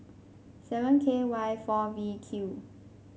seven K Y four V Q